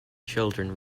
children